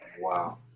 Wow